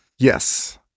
Yes